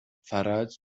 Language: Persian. فرج